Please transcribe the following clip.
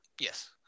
Yes